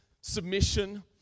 submission